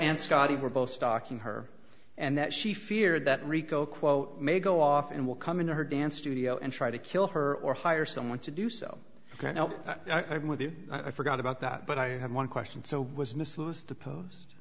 and scotty were both stocking her and that she feared that rico quote may go off and will come into her dance studio and try to kill her or hire someone to do so ok i'm with you i forgot about that but i have one question so was miss lewis to post